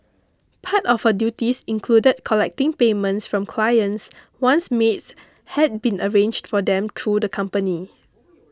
part of her duties included collecting payments from clients once maids had been arranged for them through the company